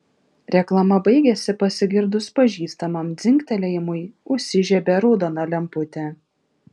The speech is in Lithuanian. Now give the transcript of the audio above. reklama baigėsi pasigirdus pažįstamam dzingtelėjimui užsižiebė raudona lemputė